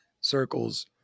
circles